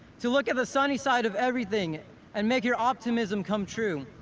to look at the sunny side of everything and make your optimism come true,